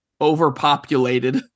overpopulated